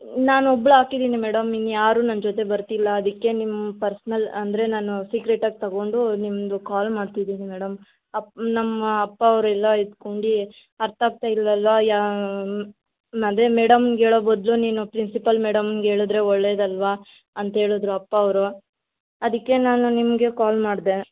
ನಾನು ಒಬ್ಳೇ ಹಾಕಿದೀನಿ ಮೇಡಮ್ ಇನ್ನುಯಾರು ನನ್ನ ಜೊತೆ ಬರ್ತಿಲ್ಲ ಅದಕ್ಕೆ ನಿಮ್ಮ ಪರ್ಸ್ನಲ್ ಅಂದರೆ ನಾನು ಸೀಕ್ರೆಟಾಗಿ ತಗೊಂಡು ನಿಮ್ಮದು ಕಾಲ್ ಮಾಡ್ತಿದೀನಿ ಮೇಡಮ್ ಅಪ್ಪ ನಮ್ಮ ಅಪ್ಪವ್ರು ಎಲ್ಲ ಎತ್ಕೊಂಡು ಅರ್ಥ ಆಗ್ತಾಯಿಲ್ವಲ್ಲ ಯಾ ಅದೇ ಮೇಡಮ್ಮಿಗೆ ಹೇಳೊ ಬದಲು ನೀನು ಪ್ರಿನ್ಸಿಪಲ್ ಮೇಡಮ್ಮಿಗೆ ಹೇಳುದ್ರೆ ಒಳ್ಳೆದಲ್ಲವಾ ಅಂತ್ಹೇಳಿದ್ರು ಅಪ್ಪಾವ್ರು ಅದಕ್ಕೆ ನಾನು ನಿಮಗೆ ಕಾಲ್ ಮಾಡಿದೆ